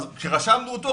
אז כשרשמנו אותו,